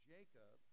Jacob